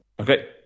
okay